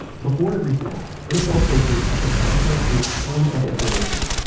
before every snap, nfl coaches have to process a ton of information.